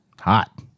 Hot